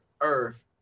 earth